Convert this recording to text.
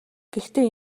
гэхдээ